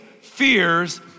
fears